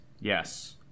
Yes